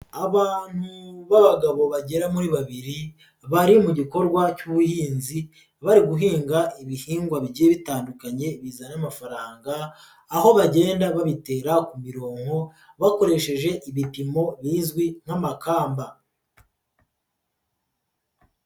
Abantu b'abagabo bagera muri babiri bari mu gikorwa cy'ubuhinzi bari guhinga ibihingwa bigiye bitandukanye bizana amafaranga, aho bagenda babitera ku mironko bakoresheje ibipimo bizwi nk'amakamba.